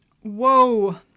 Whoa